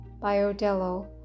Biodello